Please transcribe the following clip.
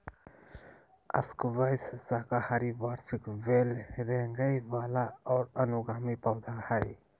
squash साकाहारी वार्षिक बेल रेंगय वला और अनुगामी पौधा हइ